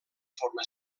forma